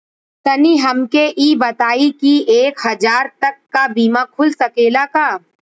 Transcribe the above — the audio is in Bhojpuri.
तनि हमके इ बताईं की एक हजार तक क बीमा खुल सकेला का?